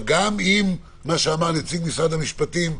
גם אם מה שאמר נציג משרד המשפטים,